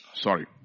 Sorry